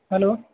hello